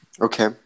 Okay